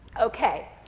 Okay